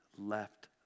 left